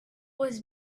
was